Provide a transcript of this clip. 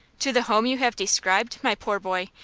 to the home you have described, my poor boy?